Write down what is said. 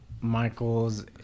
Michael's